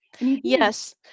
Yes